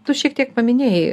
tu šiek tiek paminėjai